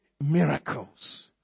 miracles